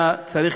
היה צריך,